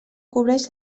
cobreix